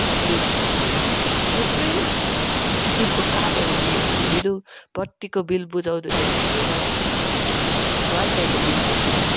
shopping थुप्रै किसिमको कामहरू लि लिनु बत्तीको बिल बुझाउनुदेखि लिएर वाइफाइको बिलदेखि